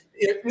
no